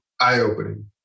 eye-opening